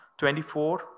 24